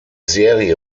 serie